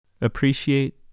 Appreciate